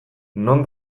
non